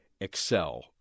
excel